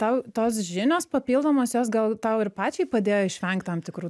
tau tos žinios papildomos jos gal tau ir pačiai padėjo išvengt tam tikrų